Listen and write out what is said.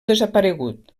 desaparegut